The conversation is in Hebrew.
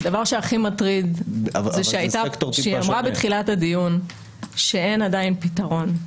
הדבר שהכי מטריד זה שהיא אמרה בתחילת הדיון שאין עדיין פתרון,